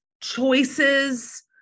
choices